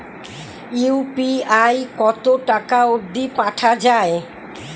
UPI কতো টাকা অব্দি পাঠা যায়?